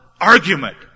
argument